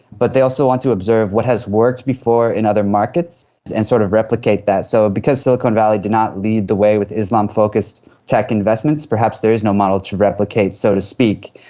but they also want to observe what has worked before in other markets and sort of replicate that. so because silicon valley do not lead the way with islam focused tech investments, perhaps there is no model to replicate so to speak,